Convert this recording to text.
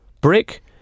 Brick